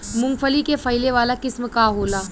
मूँगफली के फैले वाला किस्म का होला?